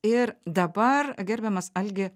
ir dabar gerbiamas algi